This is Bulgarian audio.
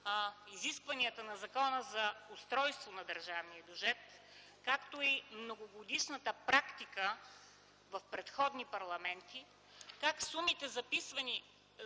изискванията на Закона за устройство на държавния бюджет, както и многогодишната практика в предходни парламенти как сумите, записвани